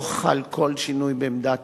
כפי שהדגשתי בדברי, לא חל כל שינוי בעמדת